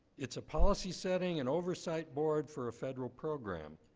it's a policy-setting and oversight board for a federal program,